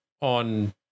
on